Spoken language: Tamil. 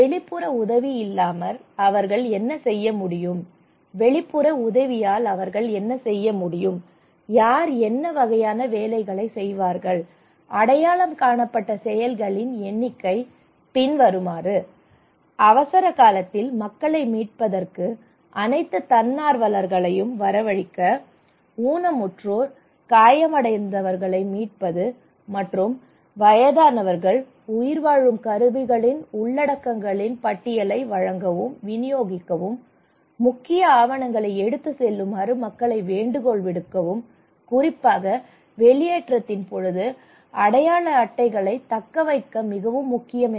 வெளிப்புற உதவி இல்லாமல் அவர்கள் என்ன செய்ய முடியும் வெளிப்புற உதவியால் அவர்கள் என்ன செய்ய முடியும் யார் என்ன வகையான வேலைகளைச் செய்வார்கள் அடையாளம் காணப்பட்ட செயல்களின் எண்ணிக்கை பின்வருமாறு அவசரகாலத்தில் மக்களை மீட்பதற்கு அனைத்து தன்னார்வலர்களையும் வரவழைக்க ஊனமுற்றோர் காயமடைந்தவர்களை மீட்பது மற்றும் வயதானவர்கள் உயிர்வாழும் கருவிகளின் உள்ளடக்கங்களின் பட்டியலை வழங்கவும் விநியோகிக்கவும் முக்கிய ஆவணங்களை எடுத்துச் செல்லுமாறு மக்களை வேண்டுகோள் விடுக்கவும் குறிப்பாக வெளியேற்றத்தின் போது அடையாள அட்டைகள் தக்கவைக்க மிகவும் முக்கியம்